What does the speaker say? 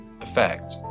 effect